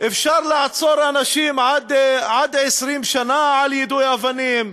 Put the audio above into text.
אפשר לעצור אנשים עד 20 שנה על יידוי אבנים,